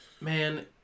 Man